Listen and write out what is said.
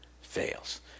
fails